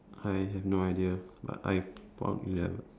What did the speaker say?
I have no idea but I